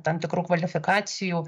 tam tikrų kvalifikacijų